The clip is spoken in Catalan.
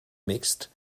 mixt